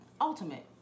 ultimate